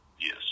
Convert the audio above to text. Yes